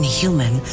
human